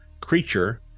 creature